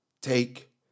take